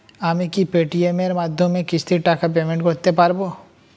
আমি কি Paytm এর মাধ্যমে কিস্তির টাকা পেমেন্ট করতে পারব?